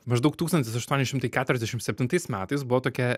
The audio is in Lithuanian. maždaug tūkstantis aštuoni šimtai keturiasdešim septintais metais buvo tokia